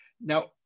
Now